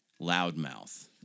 loudmouth